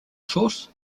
sauce